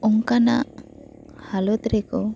ᱚᱱᱠᱟᱱᱟᱜ ᱦᱟᱞᱚᱛᱨᱮᱠᱚ